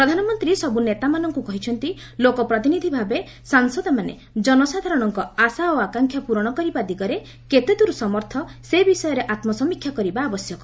ପ୍ରଧାନମନ୍ତୀ ସବୁ ନେତାମାନଙ୍କୁ କହିଛନ୍ତି ଲୋକ ପ୍ରତିନିଧି ଭାବେ ସାଂସଦମାନେ ଜନସାଧାରଣଙ୍କ ଆଶା ଓ ଆକାଂକ୍ଷା ପୂରଣ କରିବା ଦିଗରେ କେତେଦୂର ସମର୍ଥ ସେ ବିଷୟରେ ଆତ୍କସମୀକ୍ଷା କରିବା ଆବଶ୍ୟକ